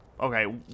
okay